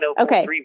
okay